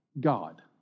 God